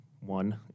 One